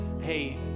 Hey